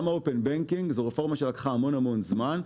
גם ה-open banking זו רפורמה שלקחה המון המון זמן,